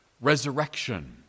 resurrection